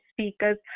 speakers